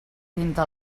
pinta